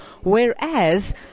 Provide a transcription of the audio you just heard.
Whereas